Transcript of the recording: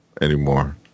anymore